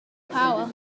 power